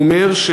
הוא אומר,